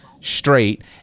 straight